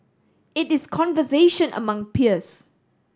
it is conversation among peers